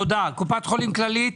קופת חולים ככלית.